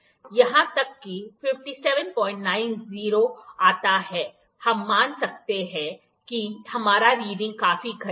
यहाँ तक कि 5790 आता है हम मान सकते हैं कि हमारा रीडिंग काफी करीब है